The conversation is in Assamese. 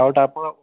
আৰু তাৰ পৰা